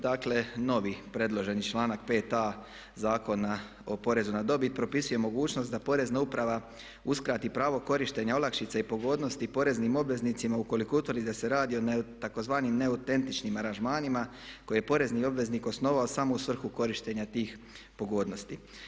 Dakle, novi predloženi članak 5a. Zakona o porezu na dobit propisuje mogućnost da Porezna uprava uskrati pravo korištenja olakšica i pogodnosti poreznim obveznicima ukoliko utvrdi da se radi o tzv. neutentičnim aranžmanima koje je porezni obveznik osnovao samo u svrhu korištenja tih pogodnosti.